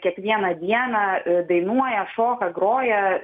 kiekvieną dieną dainuoja šoka groja